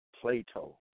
Plato